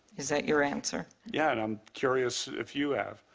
is that your answer? yeah. and i'm curious if you have.